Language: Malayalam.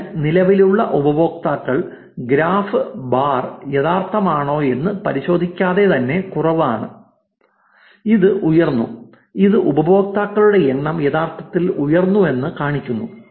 അതിനാൽ നിലവിലുള്ള ഉപയോക്താക്കൾ ഗ്രാഫ് ബാർ യഥാർത്ഥമാണോയെന്ന് പരിശോധിക്കാതെ തന്നെ കുറവാണ് ഇത് ഉയർന്നു ഇത് ഉപയോക്താക്കളുടെ എണ്ണം യഥാർത്ഥത്തിൽ ഉയർന്നുവെന്ന് കാണിക്കുന്നു